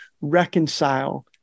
reconcile